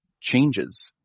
changes